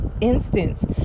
instance